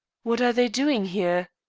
what are they doing here?